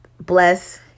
bless